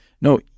No